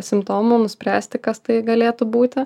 simptomų nuspręsti kas tai galėtų būti